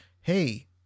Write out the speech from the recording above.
Hey